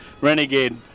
Renegade